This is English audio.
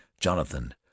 jonathan